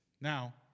Now